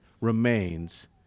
remains